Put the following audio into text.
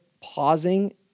pausing